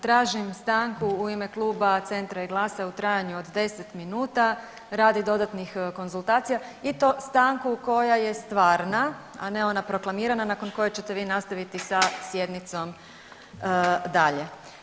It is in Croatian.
Tražim stanku u ime kluba Centra i GLAS-a u trajanju od deset minuta radi dodatnih konzultacija i to stanku koja je stvarna, a ne ona proklamirana nakon koje ćete vi nastaviti sa sjednicom dalje.